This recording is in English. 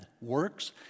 works